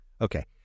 Okay